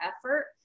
effort